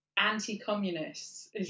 Anti-communists